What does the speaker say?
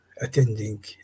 attending